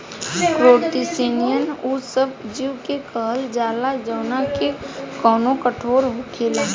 crustacean उ सब जीव के कहल जाला जवना के कवच कठोर होखेला